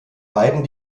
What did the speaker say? beiden